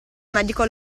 medico